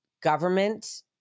government